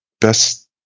best